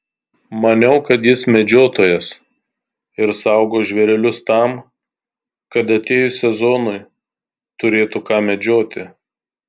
maniau kad jis medžiotojas ir saugo žvėrelius tam kad atėjus sezonui turėtų ką medžioti